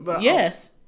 Yes